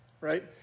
right